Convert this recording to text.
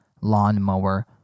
lawnmower